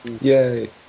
Yay